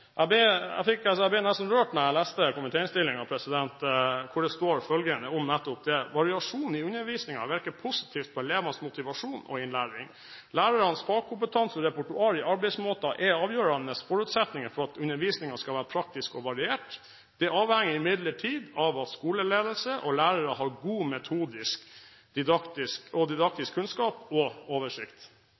lærerne. Jeg ble nesten rørt da jeg leste komitéinnstillingen, der det står følgende om nettopp dette: «Variasjon i undervisningen virker positivt på elevenes motivasjon og innlæring. Lærernes fagkompetanse og repertoar i arbeidsmåter er avgjørende forutsetninger for at undervisningen skal være praktisk og variert. Det avhenger imidlertid av at skoleledelse og lærere har god metodisk og didaktisk kunnskap og oversikt.»